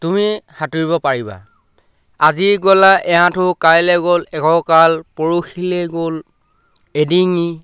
তুমি সাঁতুৰিব পাৰিবা আজি গ'লা এআঁঠু কাইলৈ গ'ল এককাল পৰখিলৈ গ'ল এডিঙি